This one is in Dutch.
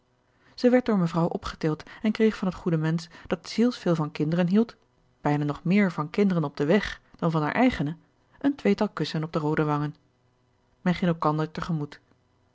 zij werd door mevrouw opgetild en kreeg van het goede mensch dat zielsveel van kinderen hield bijna nog meer van kinderen op den weg dan van hare eigene een tweetal kussen op de roode wangen men ging elkander